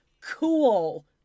cool